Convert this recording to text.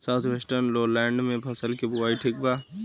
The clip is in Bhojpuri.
साउथ वेस्टर्न लोलैंड में फसलों की बुवाई ठीक बा?